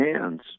hands